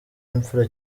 imfura